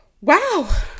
Wow